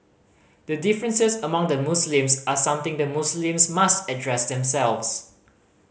the differences among the Muslims are something the Muslims must address themselves